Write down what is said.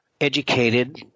educated